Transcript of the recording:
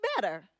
better